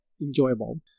enjoyable